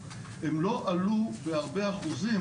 הם לא עלו בהרבה אחוזים,